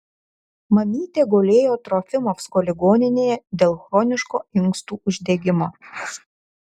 mamytė gulėjo trofimovsko ligoninėje dėl chroniško inkstų uždegimo